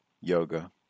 yoga